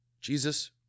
Jesus